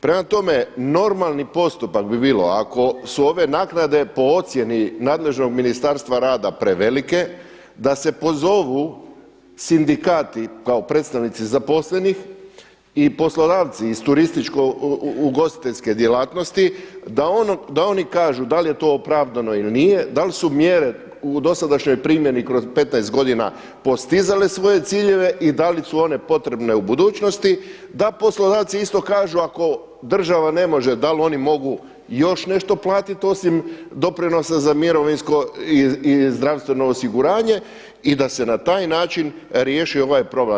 Prema tome, normalni postupak bi bilo ako su ove naknade po ocjeni nadležnog Ministarstva rada prevelike, da se pozovu sindikati kao predstavnici zaposlenih i poslodavci iz turističko-ugostiteljske djelatnosti da oni kažu da li je to opravdano ili nije, da li su mjere u dosadašnjoj primjeni kroz 15 godina postizale svoje ciljeve i da li su one potrebne u budućnosti, da poslodavci isto kažu ako država ne može da li oni mogu još nešto platiti osim doprinosa za mirovinsko i zdravstveno osiguranje i da se na taj način riješi ovaj problem.